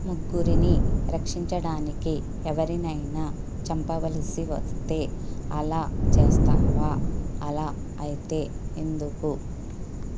ముగ్గురిని రక్షించడానికి ఎవరినైనా చంపవలసి వస్తే అలా చేస్తావా అలా అయితే ఎందుకు